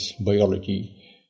biology